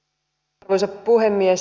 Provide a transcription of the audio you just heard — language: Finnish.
arvoisa puhemies